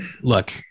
look